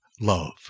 love